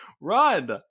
Run